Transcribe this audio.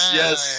yes